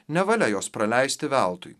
nevalia jos praleisti veltui